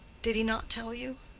did he not tell you?